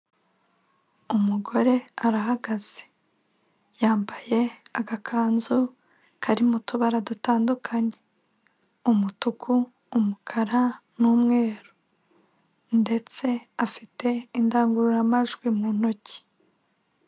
Umugore arahagaze, yambaye agakanzu kari mu tubara dutandukanye, umutuku, umukara n'umweru, ndetse afite indangururamajwi mu ntoki.